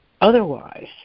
Otherwise